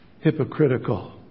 Hypocritical